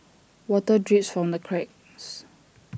water drips from the cracks